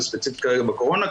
וספציפית כרגע בקורונה.